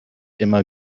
immer